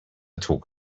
talk